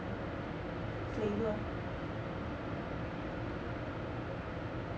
flavour